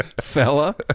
Fella